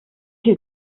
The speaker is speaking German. viel